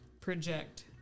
Project